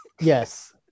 Yes